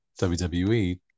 WWE